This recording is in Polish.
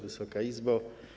Wysoka Izbo!